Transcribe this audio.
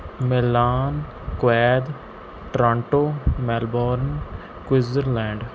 Milan Kuwait Toronto Melbourne Switzerland